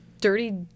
dirty